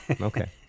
okay